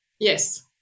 Yes